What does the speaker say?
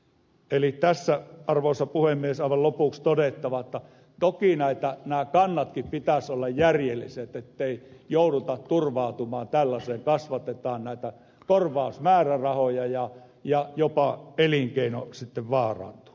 eli tässä arvoisa puhemies aivan lopuksi on todettava että toki näiden suurpetokantojenkin pitäisi olla järjelliset ettei jouduta turvautumaan tällaiseen että kasvatetaan näitä korvausmäärärahoja ja jopa elinkeino sitten vaarantuu